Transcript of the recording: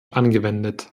angewendet